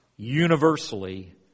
...universally